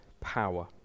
power